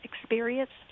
experienced